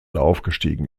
aufgestiegen